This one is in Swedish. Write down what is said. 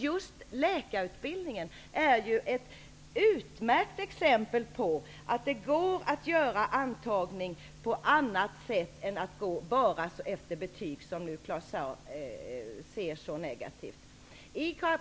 Just läkarutbildningen är ju ett utmärkt exempel på att det går att genomföra antagningen på annat sätt än genom att bara gå efter betyg, som nu Claus Zaar ser som någonting så negativt.